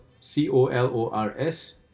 C-O-L-O-R-S